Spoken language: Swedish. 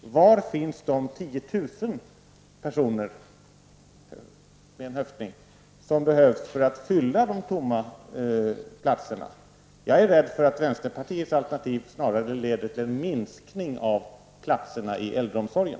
Var finns de kanske 10 000 personer som behövs för att fylla de tomma platserna? Jag är rädd för att vänsterpartiets alternativ snarare leder till en minskning av platserna i äldreomsorgen.